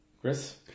Chris